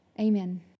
Amen